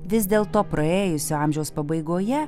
vis dėl to praėjusio amžiaus pabaigoje